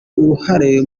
uruhare